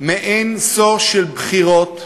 מעין זו של בחירות,